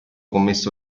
commesso